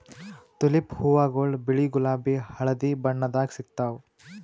tulip ಹೂವಾಗೊಳ್ ಬಿಳಿ ಗುಲಾಬಿ ಹಳದಿ ಬಣ್ಣದಾಗ್ ಸಿಗ್ತಾವ್